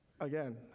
again